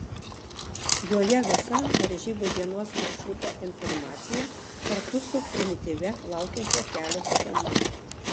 joje visa varžybų dienos maršruto informacija kartu su primityvia laukiančio kelio schema